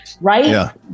right